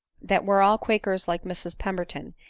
that were all quakers like mrs pemberton,